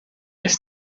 ist